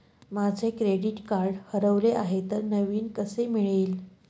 माझे credit card हरवले आहे तर नवीन कसे मिळेल?